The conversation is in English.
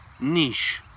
niche